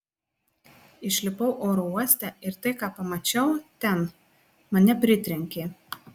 išlipau oro uoste ir tai ką pamačiau ten mane pritrenkė